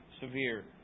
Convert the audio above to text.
severe